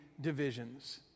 divisions